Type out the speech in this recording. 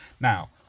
Now